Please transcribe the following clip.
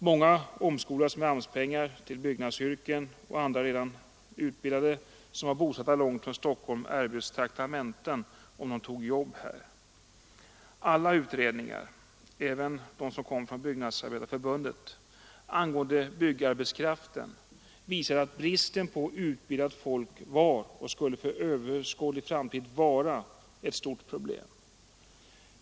Många omskolades med AMS-pengar till byggnadsyrken, och andra redan utbildade som var bosatta långt från Stockholm erbjöds traktamenten om de tog jobb här. Alla utredningar, även de som kom från Byggnadsarbetareförbundet, angående byggarbetskraften visade att bristen på utbildat folk var och skulle under överskådlig framtid vara ett stort problem.